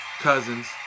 cousins